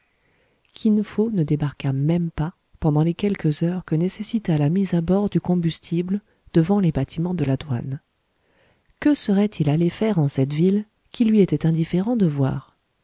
kin fo ne débarqua même pas pendant les quelques heures que nécessita la mise à bord du combustible devant les bâtiments de la douane que serait-il allé faire en cette ville qu'il lui était indifférent de voir